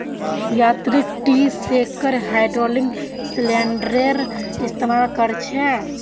यांत्रिक tree shaker hydraulic सिलिंडरेर इस्तेमाल कर छे